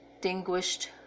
distinguished